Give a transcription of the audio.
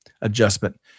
adjustment